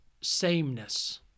sameness